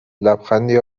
لبخندی